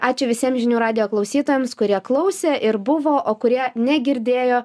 ačiū visiem žinių radijo klausytojams kurie klausė ir buvo o kurie negirdėjo